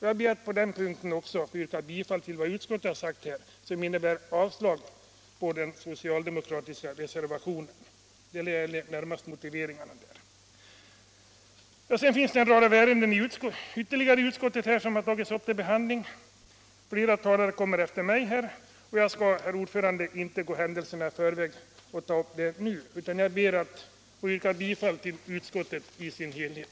Jag ber att på den punkten få yrka bifall till utskottets hemställan, vilket innebär avslag på den socialdemokratiska reservationen. Det är framför allt i fråga om motiveringen vi skiljer oss. I utskottsbetänkandet behandlas även en rad andra frågor, som talare efter mig kommer att beröra. Jag skall därför inte gå händelserna i förväg utan inskränker mig med detta till att yrka bifall till utskottets hemställan i dess helhet.